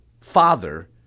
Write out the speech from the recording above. father